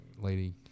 lady